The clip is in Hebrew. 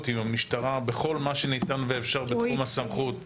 עם המשטרה בכל מה שניתן ואפשר בתחום הסמכות שלנו,